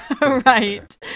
Right